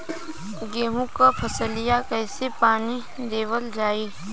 गेहूँक फसलिया कईसे पानी देवल जाई?